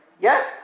Yes